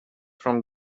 from